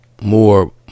more